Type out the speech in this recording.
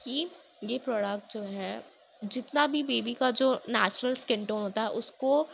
کہ یہ پروڈکٹ جو ہے جتنا بھی بیبی کا جو نیچورل اسکنڈ ہوتا ہے اس کو